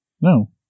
No